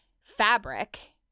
fabric